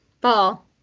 ball